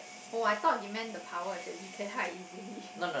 oh I though you meant the power as in you can hide easily